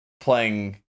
playing